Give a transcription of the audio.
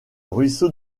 ruisseau